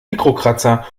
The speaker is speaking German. mikrokratzer